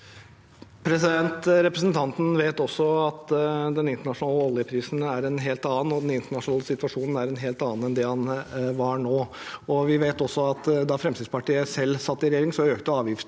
Representan- ten vet også at den internasjonale oljeprisen er en helt annen, og at den internasjonale situasjonen er en helt annen enn det den var. Vi vet også at da Fremskrittspartiet selv satt i regjering, økte avgiftene